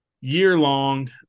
year-long